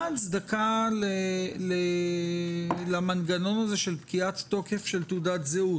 מה ההצדקה למנגנון הזה של פקיעת תוקף של תעודת זהות,